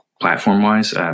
platform-wise